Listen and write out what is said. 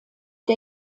der